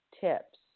tips